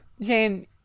Jane